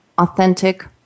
authentic